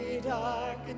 Dark